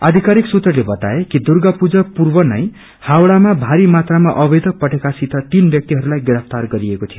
आधिकारिक सुत्रले बताए कि दुर्गा पूजा पूर्व नै हावड़ाामा भारी ामात्राामा अवैध पटेका सित तीन व्याक्तिहरूलाई गिरफ्तार गरिएको थियो